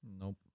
Nope